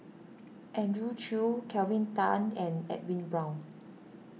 Andrew Chew Kelvin Tan and Edwin Brown